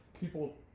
people